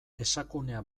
esakunea